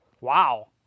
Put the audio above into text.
Wow